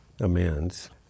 amends